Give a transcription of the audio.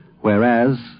whereas